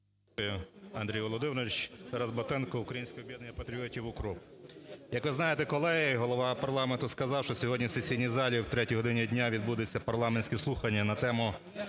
Андрій Володимирович. Тарас Батенко, Українське об'єднання патріотів "Укроп". Як ви знаєте, колеги, Голова парламенту сказав, що сьогодні в сесійній залі о третій годині дня відбудуться парламентські слухання на тему: